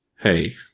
Hey